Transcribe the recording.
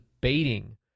baiting